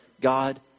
God